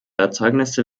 erzeugnisse